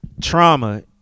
trauma